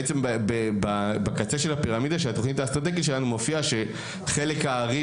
בעצם בקצה של הפירמידה של התכנית האסטרטגית שלנו מופיע שחלק הארי